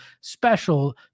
special